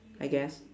I guess